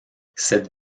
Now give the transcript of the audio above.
cette